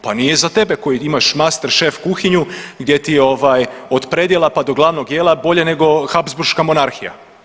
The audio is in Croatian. Pa nije za tebe koji imaš masterchef kuhinju, gdje ti od predjela pa do glavnog jela bolje nego Habsburška monarhija.